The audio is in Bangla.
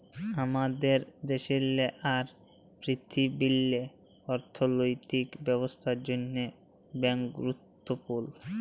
আমাদের দ্যাশেল্লে আর পীরথিবীল্লে অথ্থলৈতিক ব্যবস্থার জ্যনহে ব্যাংক গুরুত্তপুর্ল